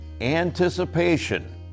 anticipation